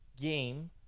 game